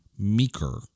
meeker